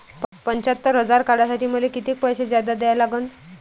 पंच्यात्तर हजार काढासाठी मले कितीक पैसे जादा द्या लागन?